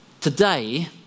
today